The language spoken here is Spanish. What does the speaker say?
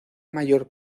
mayor